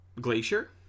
Glacier